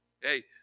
hey